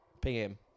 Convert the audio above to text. pm